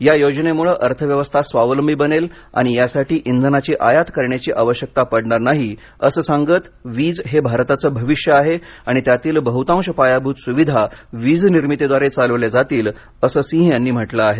या योजनेमुळं अर्थव्यवस्था स्वावलंबी बनेल आणि यासाठी इन्धनाची आयात करण्याची आवश्यकता पडणार नाही असं सांगत वीज हे भारताचे भविष्य आहे आणि त्यातील बहुतांश पायाभूत सुविधा वीजनिर्मितीद्वारे चालविल्या जातील असं सिंह यांनी म्हटलं आहे